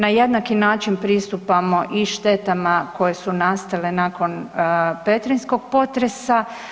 Na jednaki način pristupamo i štetama koje su nastale nakon petrinjskog potresa.